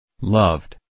Loved